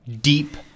deep